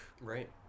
right